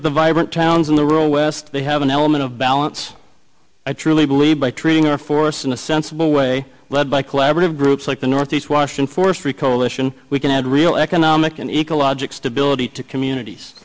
at the vibrant towns in the rural west they have an element of balance i truly believe by treating our forests in a sensible way led by collaborative groups like the northeast washington forestry coalition we can add real economic and ecological stability to communities